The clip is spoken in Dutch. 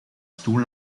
stoel